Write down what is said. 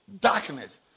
Darkness